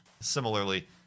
similarly